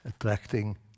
attracting